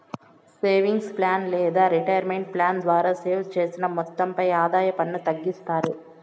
savings plan లేదా retirement plan ద్వారా save చేసిన మొత్తంపై ఆదాయ పన్ను తగ్గిస్తారు